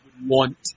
want